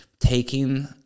taking